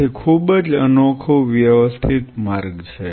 તેથી ખૂબ જ અનોખું વ્યવસ્થિત માર્ગ છે